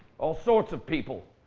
all sorts of people.